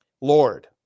Lord